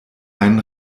einen